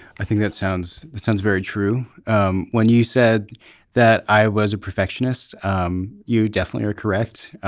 i think that sounds sounds very true um when you said that i was a perfectionist. um you definitely are correct.